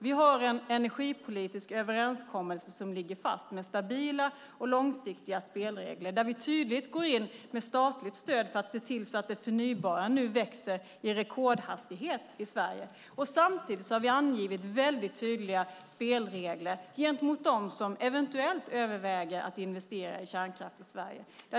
Vi har en energipolitisk överenskommelse som ligger fast, med stabila och långsiktiga spelregler där vi tydligt går in med statligt stöd för att se till att det förnybara nu växer med rekordhastighet i Sverige. Samtidigt har vi angivit mycket tydliga spelregler gentemot dem som eventuellt överväger att investera i kärnkraft i Sverige.